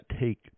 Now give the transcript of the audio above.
take